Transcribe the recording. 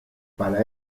para